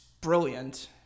brilliant